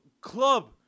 club